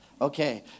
Okay